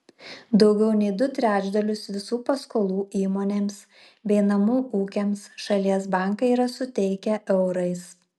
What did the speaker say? daugiau nei du trečdalius visų paskolų įmonėms bei namų ūkiams šalies bankai yra suteikę eurais